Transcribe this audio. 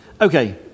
Okay